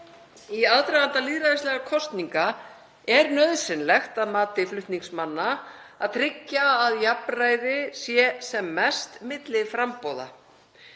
Í aðdraganda lýðræðislegra kosninga er nauðsynlegt að mati flutningsmanna að tryggja að jafnræði sé sem mest milli framboða.